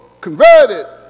converted